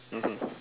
mmhmm